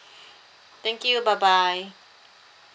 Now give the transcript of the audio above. thank you bye bye